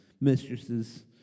mistresses